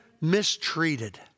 mistreated